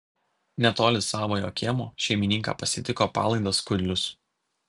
netoli savojo kiemo šeimininką pasitiko palaidas kudlius